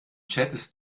chattest